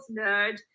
nerd